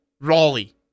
Raleigh